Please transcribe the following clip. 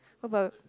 how bout